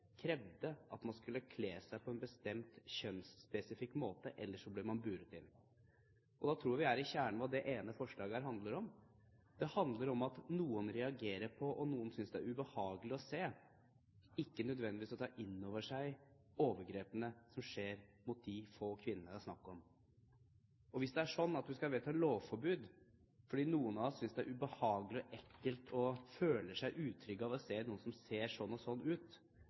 krevde at man skulle kle seg på en bestemt kjønnsspesifikk måte, ellers ble man buret inn. Da tror jeg vi er ved kjernen i det det ene forslaget handler om. Det handler om at noen reagerer på, og noen synes det er ubehagelig å se – ikke nødvendigvis å ta inn over seg – overgrepene som skjer mot de få kvinnene det er snakk om. Hvis det er slik at man skal vedta et lovforbud fordi noen av oss synes det er ubehagelig og ekkelt og de føler seg utrygge ved å se noen som ser sånn og sånn ut,